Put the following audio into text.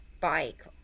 bike